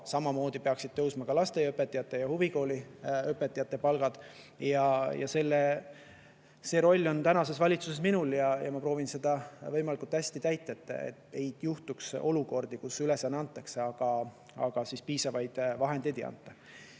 samamoodi peaksid tõusma lasteaiaõpetajate ja huvikoolide õpetajate palgad. See roll on tänases valitsuses minul ja ma proovin seda võimalikult hästi täita, et ei juhtuks olukordi, kus ülesanne antakse, aga piisavaid vahendeid ei anta.